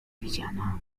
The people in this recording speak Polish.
widziana